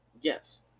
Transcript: Yes